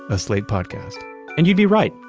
a slate podcast and you'd be right.